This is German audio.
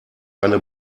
eine